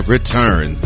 return